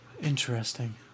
Interesting